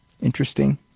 Interesting